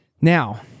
Now